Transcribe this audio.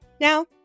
Now